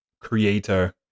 creator